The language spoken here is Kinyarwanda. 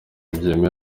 byemewe